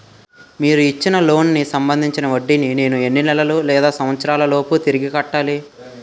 మీరు ఇచ్చిన లోన్ కి సంబందించిన వడ్డీని నేను ఎన్ని నెలలు లేదా సంవత్సరాలలోపు తిరిగి కట్టాలి?